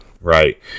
right